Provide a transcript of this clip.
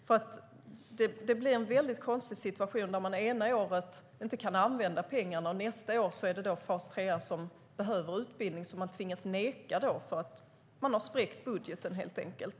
Det blir nämligen en väldigt konstig situation när man ena året inte kan använda pengarna, och nästa år är det personer i fas 3 som behöver utbildning men som man tvingas neka för att man helt enkelt har spräckt budgeten.